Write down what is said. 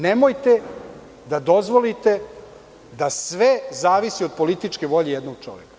Nemojte da dozvolite da sve zavisi od političke volje jednog čoveka.